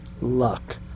luck